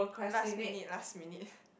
last minute last minute